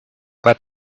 pas